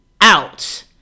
out